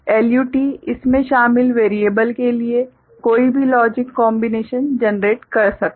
LUT इसमें शामिल variable के लिए कोई भी लॉजिक कोंबिनेशन जनरेट कर सकता है